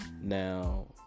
Now